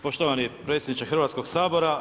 Poštovani predsjedniče Hrvatskog sabora.